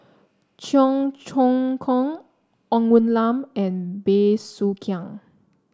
Cheong Choong Kong Ng Woon Lam and Bey Soo Khiang